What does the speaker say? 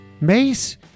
Mace